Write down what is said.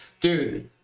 dude